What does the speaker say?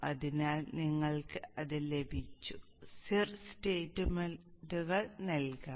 അതിനാൽ നിങ്ങൾക്ക് അത് ലഭിച്ചു cir സ്റ്റേറ്റ്മെന്റുകൾ നൽകാം